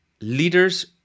leaders